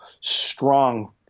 strong